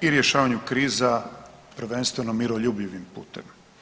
i rješavanju kriza, prvenstveno miroljubivim putem.